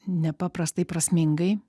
nepaprastai prasmingai